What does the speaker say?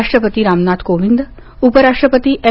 राष्ट्रपती रामनाथ कोविंद उपराष्ट्रपती एम